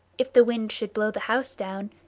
if the wind should blow the house down,